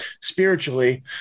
spiritually